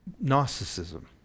Gnosticism